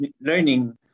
learning